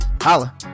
Holla